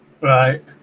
Right